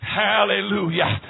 hallelujah